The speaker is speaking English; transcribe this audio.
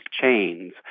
chains